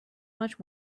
much